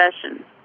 profession